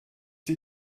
die